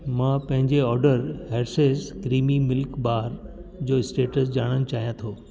मां पंहिंजे order Hershey's creamy milk bar जो स्टेटस ॼाणण चाहियां थो